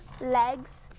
legs